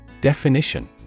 Definition